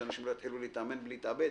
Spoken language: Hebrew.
שאנשים לא יתחילו להתאמן בלהתאבד